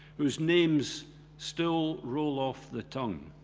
whose names still roll off the tongue.